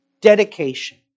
dedication